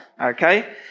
Okay